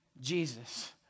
Jesus